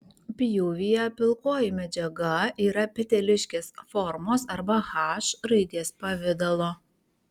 pjūvyje pilkoji medžiaga yra peteliškės formos arba h raidės pavidalo